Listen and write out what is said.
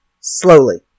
Slowly